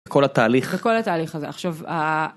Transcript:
כל התהליך כל התהליך הזה עכשיו.